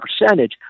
percentage